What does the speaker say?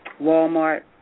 Walmart